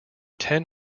ten